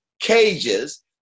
cages